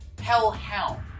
hellhound